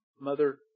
Mother